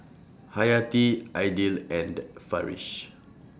Hayati Aidil and Farish